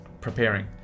preparing